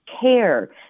care